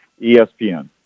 ESPN